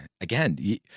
again